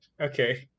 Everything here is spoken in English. Okay